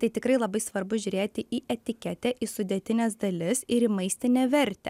tai tikrai labai svarbu žiūrėti į etiketę į sudėtines dalis ir į maistinę vertę